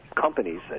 companies